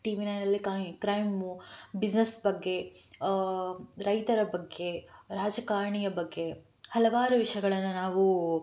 TV ನೈನಲ್ಲಿ crime business ಬಗ್ಗೆ ರೈತರ ಬಗ್ಗೆ ರಾಜಕಾರಣಿಯ ಬಗ್ಗೆ ಹಲವಾರು ವಿಷಯಗಳನ್ನು ನಾವು